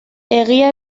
egia